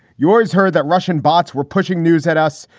you always heard that russian bots were pushing news at us.